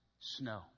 snow